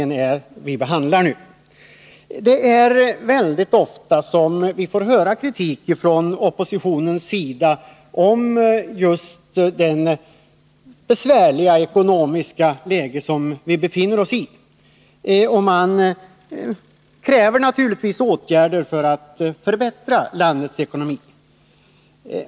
tiska åtgärder tiska åtgärder Vi får väldigt ofta höra kritik från oppositionens sida för just det besvärliga ekonomiska läge som Sverige befinner sig i, och man kräver naturligtvis åtgärder för att förbättra landets ekonomi.